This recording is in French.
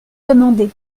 demandé